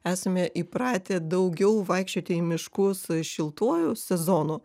esame įpratę daugiau vaikščioti į miškus šiltuoju sezonu